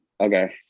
okay